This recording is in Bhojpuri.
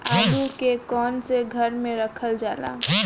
आलू के कवन से घर मे रखल जाला?